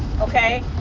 okay